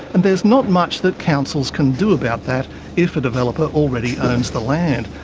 and there's not much that councils can do about that if a developer already owns the land,